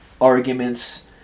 arguments